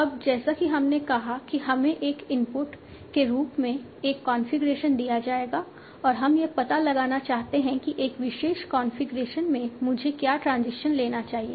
अब जैसा कि हमने कहा कि हमें एक इनपुट के रूप में एक कॉन्फ़िगरेशन दिया जाएगा और हम यह पता लगाना चाहते हैं कि एक विशेष कॉन्फ़िगरेशन में मुझे क्या ट्रांजिशन लेना चाहिए